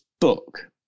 book